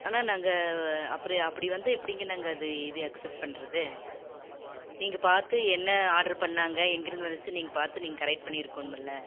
ஆனால் நாங்கள் அப்புறம் அப்படி வந்தால் எப்படிங்க நாங்கள் எது இது அக்சப்ட் பண்ணுறது நீங்கள் பார்த்து என்ன ஆர்டர் பண்ணிணாங்க எங்கே இருந்து வந்துச்சுன்னு நீங்கள் பார்த்து நீங்கள் கரெக்ட் பண்ணி இருக்கணுமில்ல